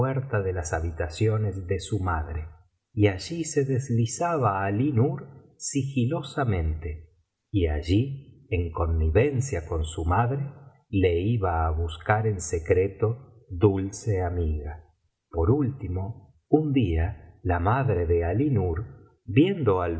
de las habitaciones de su madre y allí se deslizaba alí nur sigilosamente y allí en connivencia con su madre le iba á buscar en secreto dulce amiga por último un día la madre de alí nur viendo